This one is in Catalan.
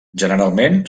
generalment